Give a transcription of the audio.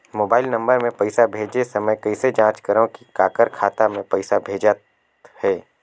Mobile number मे पइसा भेजे समय कइसे जांच करव की काकर खाता मे पइसा भेजात हे?